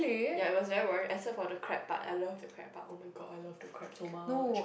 ya it was very boring except for the crab part I love the crab part oh my god I love the crab so much